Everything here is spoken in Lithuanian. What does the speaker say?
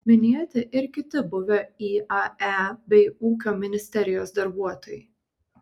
minėti ir kiti buvę iae bei ūkio ministerijos darbuotojai